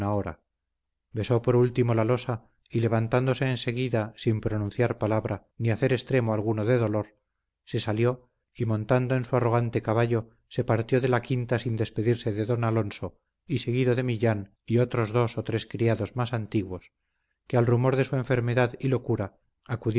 besó por último la losa y levantándose en seguida sin pronunciar palabra ni hacer extremo alguno de dolor se salió y montando en su arrogante caballo se partió de la quinta sin despedirse de don alonso y seguido de millán y otros dos o tres criados más antiguos que al rumor de su enfermedad y locura